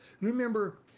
Remember